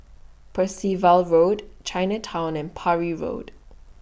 Percival Road Chinatown and Parry Road